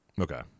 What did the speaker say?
Okay